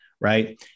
right